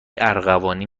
ارغوانی